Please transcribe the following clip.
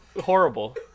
horrible